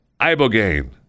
ibogaine